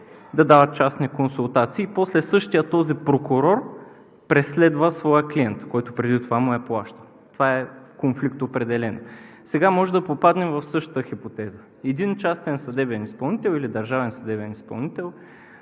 да дават частни консултации, после същият този прокурор преследва своя клиент, който преди това му е плащал. Това е конфликт – определен. Сега може да попаднем в същата хипотеза. Един частен съдебен изпълнител или държавен съдебен изпълнител